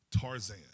Tarzan